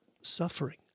suffering